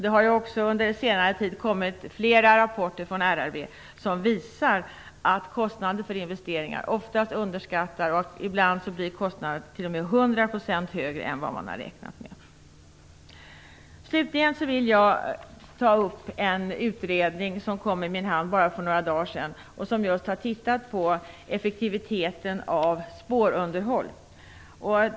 Det har under senare tid också kommit flera rapporter från RRV som visar att kostnader för investeringar oftast underskattas. Ibland blir kostnaderna t.o.m. 100 % högre än man har räknat med. Slutligen vill jag ta upp en utredning som kom i min hand för bara några dagar sedan och där man just har tittat närmare på effektiviteten av spårunderhåll.